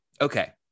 okay